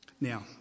Now